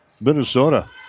Minnesota